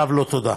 חב לו תודה.